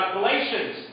Galatians